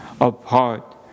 apart